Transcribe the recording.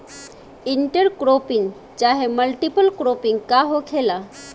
Inter cropping चाहे multiple cropping का होखेला?